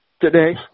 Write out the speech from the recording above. today